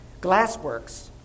Glassworks